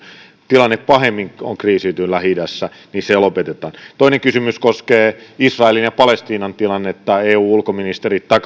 tilanne on pahemmin kriisiytynyt lähi idässä se lopetetaan toinen kysymys koskee israelin ja palestiinan tilannetta eun ulkoministerit